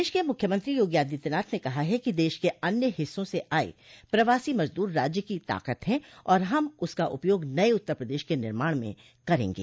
प्रदेश के मुख्यमंत्री योगी आदित्यनाथ ने कहा है कि देश के अन्य हिस्सों से आये प्रवासी मजदूर राज्य की ताकत हैं और हम उसका उपयोग नये उत्तर प्रदेश के निर्माण में करेंगे